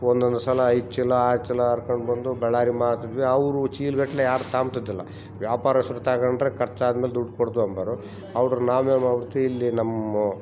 ಒಂದೊಂದು ಸಲ ಐದು ಚೀಲ ಆರು ಚೀಲ ಹರ್ಕೊಂಡ್ ಬಂದು ಬಳ್ಳಾರಿಲಿ ಮಾರ್ತಿದ್ವಿ ಅವರು ಚೀಲಗಟ್ಲೆ ಯಾರು ತಾಂತಿದ್ದಿಲ್ಲ ವ್ಯಾಪಾರಸ್ರು ತಗೊಂಡ್ರೆ ಖರ್ಚಾದ್ಮೇಲ್ ದುಡ್ಡು ಕೊಡ್ತಿವಿ ಅಂಬೋರು ಔಡ್ರನ್ ನಾವೇನು ಮಾಡ್ತೀವಿಲ್ಲಿ ನಮ್ಮ